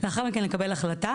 לאחר מכן לקבל החלטה,